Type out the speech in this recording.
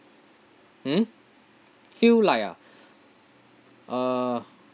mm feel like ah uh